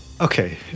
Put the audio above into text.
Okay